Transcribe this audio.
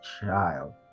child